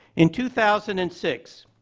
in two thousand and six,